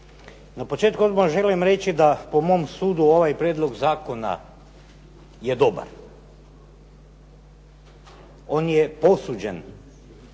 na početku odmah želim reći da po mom sudu ovaj prijedlog zakona je dobar, on je posuđen,